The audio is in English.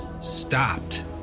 stopped